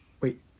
wait